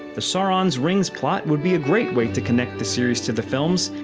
the sauron's rings plot would be a great way to connect the series to the films,